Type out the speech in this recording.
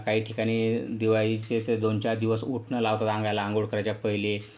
काही ठिकाणी दिवाळीचे ते दोनचार दिवस उटणं लावतात अंगाला अंघोळ करायच्या पहिले